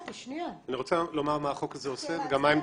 אבל כרגע מכיוון שהדיון קבוע רק היום,